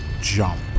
jump